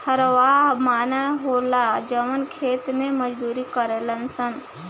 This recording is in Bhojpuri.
हरवाह माने होला जवन खेती मे मजदूरी करेले सन